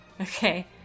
okay